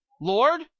Lord